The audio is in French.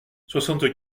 soixante